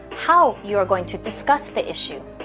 how you are going to discuss the issue,